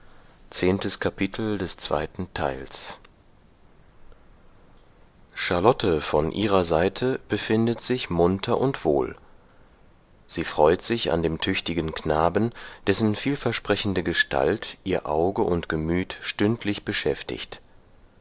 charlotte von ihrer seite befindet sich munter und wohl sie freut sich an dem tüchtigen knaben dessen vielversprechende gestalt ihr auge und gemüt stündlich beschäftigt